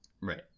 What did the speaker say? Right